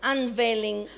Unveiling